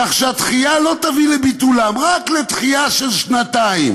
כך שהדחייה לא תביא לביטולם, רק לדחייה של שנתיים.